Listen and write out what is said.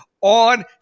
on